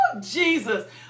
Jesus